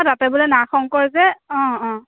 অঁ তাতে বোলে নাগ শংকৰ যে অঁ অঁ